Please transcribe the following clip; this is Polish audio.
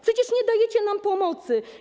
Przecież nie dajecie nam pomocy.